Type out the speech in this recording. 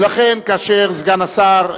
ולכן כאשר סגן השר,